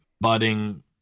budding